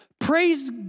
Praise